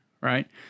right